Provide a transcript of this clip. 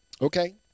Okay